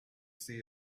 see